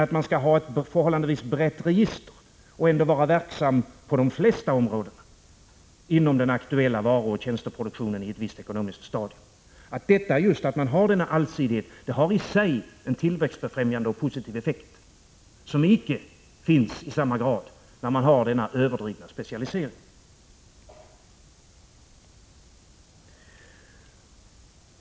Men man skall ha ett förhållandevis brett register och vara verksam på de flesta områden inom den aktuella varuoch tjänsteproduktionen i ett visst ekonomiskt stadium. Just allsidigheten har i sig en tillväxtbefrämjande och positiv effekt som inte finns i samma grad när man har denna överdrivna specialisering.